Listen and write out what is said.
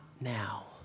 now